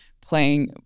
playing